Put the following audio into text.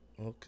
Okay